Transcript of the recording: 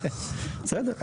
בסדר,